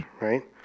right